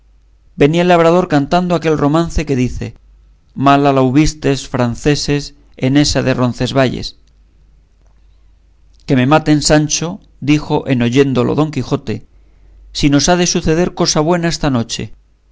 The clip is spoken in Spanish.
venía el labrador cantando aquel romance que dicen mala la hubistes franceses en esa de roncesvalles que me maten sancho dijo en oyéndole don quijote si nos ha de suceder cosa buena esta noche